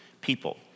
people